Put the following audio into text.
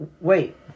wait